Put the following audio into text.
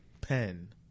Pen